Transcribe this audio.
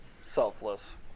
selfless